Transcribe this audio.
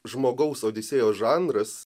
žmogaus odisėjo žanras